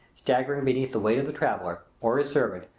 staggering beneath the weight of the traveller, or his servant,